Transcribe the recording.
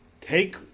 Take